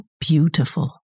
beautiful